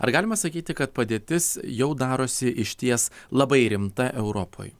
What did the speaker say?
ar galima sakyti kad padėtis jau darosi išties labai rimta europoj